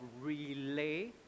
relay